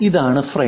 ഇതാണ് ഫ്രെയിം